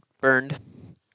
burned